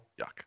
Yuck